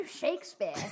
Shakespeare